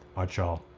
right y'all,